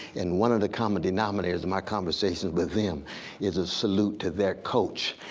and one of the common denominators of my conversations with them is a salute to their coach.